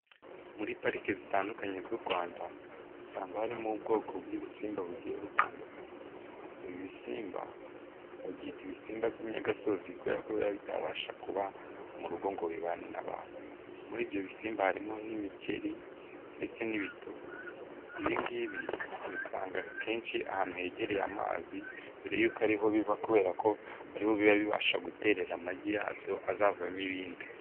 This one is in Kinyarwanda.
Muri parike zitandukanye z'u Rwanda usanga harimo ubwoko bw'ibisimba bugiye butandukanye, ibisimba babyita ibisimba by'inyagasozi, kubera ko biba bitabasha kuba mu rugo ngo bibane n'abantu, muri ibyo bisimba harimo nk'imikeri ndetse n'ibitubu, ibi ngibi ubisanga henshi ahantu hegereye amazi ,dore ko ariho biva kubera ko ariho biba bibasha guterera amagi yabyo, azavamo ibindi.